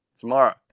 tomorrow